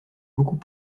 beaucoup